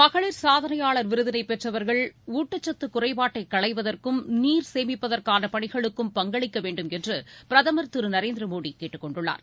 மகளிர் சாதனையாளர் விருதினைப் பெற்றவர்கள் ஊட்டச்சத்து குறைபாட்டை களைவதற்கும் நீர் சேமிப்பதற்கான பணிகளுக்கும் பங்களிக்க வேண்டும் என்று பிரதமர் திரு நரேந்திர மோடி கேட்டுக் கொண்டுள்ளார்